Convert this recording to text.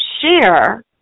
share